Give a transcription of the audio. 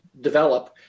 develop